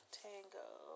tango